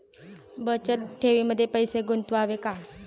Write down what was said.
बचत ठेवीमध्ये पैसे गुंतवावे का?